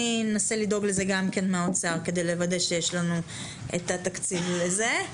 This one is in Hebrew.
אני אנסה לדאוג לזה גם כן מהאוצר כדי לוודא שיש לנו את התקציב לזה.